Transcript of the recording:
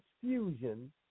Fusion